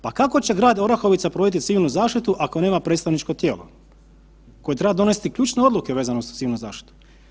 Pa kako će grad Orahovica provoditi civilnu zaštitu ako nema predstavničko tijelo koje treba donesti ključne odluke vezano za civilnu zaštitu.